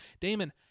Damon